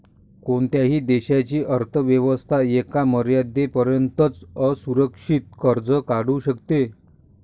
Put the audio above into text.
कोणत्याही देशाची अर्थ व्यवस्था एका मर्यादेपर्यंतच असुरक्षित कर्ज वाढवू शकते